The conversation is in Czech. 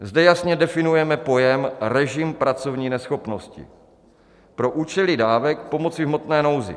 Zde jasně definujeme pojem režim pracovní neschopnosti pro účely dávek pomoci v hmotné nouzi.